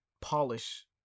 polish